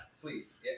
Please